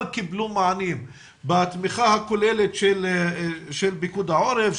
קיבלו מענים בתמיכה הכוללת של פיקוד העורף,